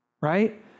Right